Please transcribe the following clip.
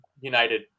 United